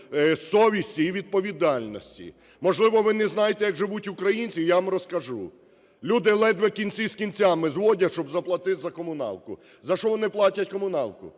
совісті і відповідальності. Можливо, ви не знаєте, як живуть українці? Я вам розкажу. Люди ледве кінці з кінцями зводять, щоб заплатити за комуналку. За що вони платять комуналку?